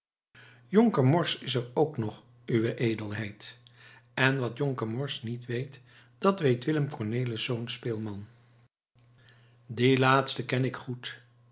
jonker morsch is er ook nog uwe edelheid en wat jonker morsch niet weet dat weet willem cornelisz speelman dien laatste ken ik goed